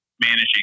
managing